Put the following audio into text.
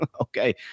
Okay